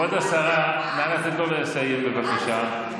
כבוד השרה, בבקשה.